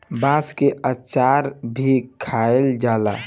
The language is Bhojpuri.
बांस के अचार भी खाएल जाला